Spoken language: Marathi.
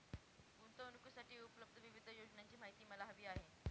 गुंतवणूकीसाठी उपलब्ध विविध योजनांची माहिती मला हवी आहे